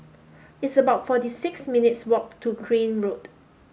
it's about forty six minutes' walk to Crane Road